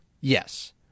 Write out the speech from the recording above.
Yes